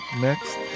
next